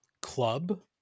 club